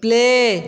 play